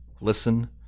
listen